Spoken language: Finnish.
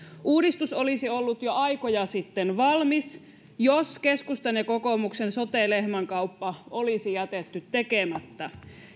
uudistus olisi ollut jo aikoja sitten valmis jos keskustan ja kokoomuksen sote lehmänkauppa olisi jätetty tekemättä